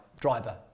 driver